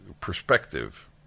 perspective